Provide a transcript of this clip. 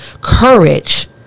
courage